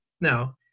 Now